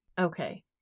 Okay